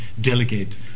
delegate